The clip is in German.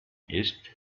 ist